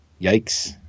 Yikes